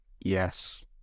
Yes